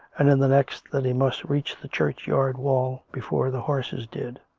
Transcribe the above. and in the next that he must reach the churchyard wall before the horses did.